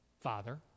Father